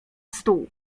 stół